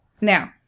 Now